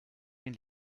den